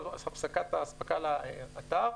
הוא הפסקת האספקה לאתר,